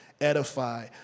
Edify